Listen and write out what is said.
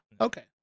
okay